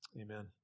amen